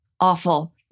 awful